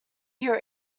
hear